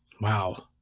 Wow